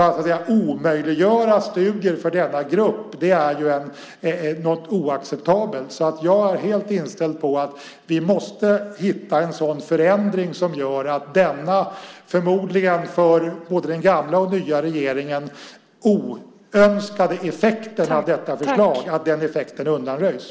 Att omöjliggöra studier för denna grupp är oacceptabelt. Jag är alltså helt inställd på att vi måste hitta en lösning som innebär att denna, förmodligen för både den gamla och nya regeringen, oönskade effekt av förslaget undanröjs.